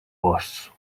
vos